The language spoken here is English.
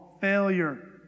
failure